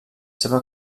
seva